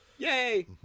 Yay